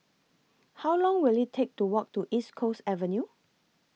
How Long Will IT Take to Walk to East Coast Avenue